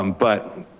um but,